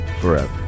forever